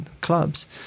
clubs